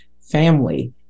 family